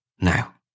Now